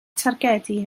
targedu